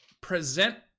present